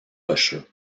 rocheux